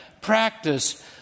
practice